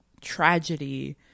tragedy